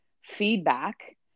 feedback